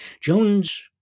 Jones